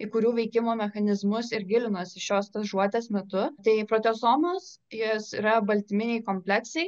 į kurių veikimo mechanizmus ir gilinuosi šios stažuotės metu tai proteosomos jos yra baltyminiai kompleksai